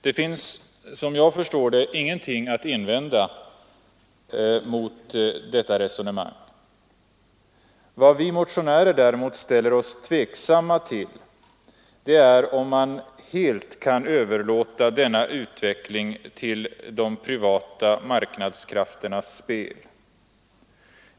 Det finns — som jag förstår det — ingenting att invända mot detta resonemang. Vad vi motionärer däremot ställer oss tveksamma till är om man helt kan överlåta denna utveckling till de privata marknadskrafternas spel.